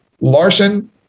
Larson